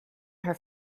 her